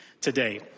today